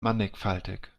mannigfaltig